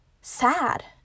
sad